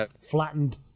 flattened